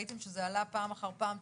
ראיתם שזה עלה פעם אחר פעם,